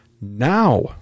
now